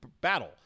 battle